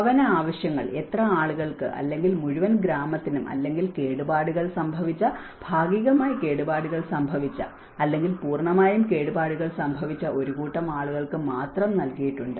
ഭവന ആവശ്യങ്ങൾ എത്ര ആളുകൾക്ക് അല്ലെങ്കിൽ മുഴുവൻ ഗ്രാമത്തിനും അല്ലെങ്കിൽ കേടുപാടുകൾ സംഭവിച്ച ഭാഗികമായി കേടുപാടുകൾ സംഭവിച്ച അല്ലെങ്കിൽ പൂർണ്ണമായും കേടുപാടുകൾ സംഭവിച്ച ഒരു കൂട്ടം ആളുകൾക്ക് മാത്രം നൽകിയിട്ടുണ്ട്